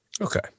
Okay